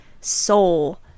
soul